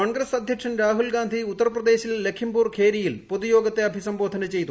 കോൺഗ്രസ് അധ്യക്ഷൻ രാഹുൽഗാന്ധി ഉത്തർപ്രദേശിൽ ലഖിംപൂർ ഖേരിയിൽ പൊതുയോഗത്തെ അഭിസംബോധന ചെയ്തു